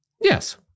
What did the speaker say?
Yes